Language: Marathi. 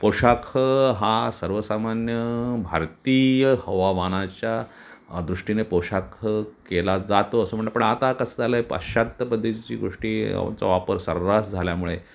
पोशाख हा सर्वसामान्य भारतीय हवामानाच्या दृष्टीने पोशाख केला जातो असं म्हणणं पण आता कसं झालं आहे पाश्चात्त्य पद्धतीची गोष्टी चा वापर सर्रास झाल्यामुळे